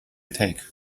take